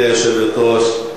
גברתי היושבת-ראש,